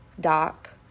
doc